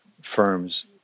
firms